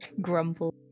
grumble